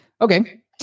Okay